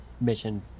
mission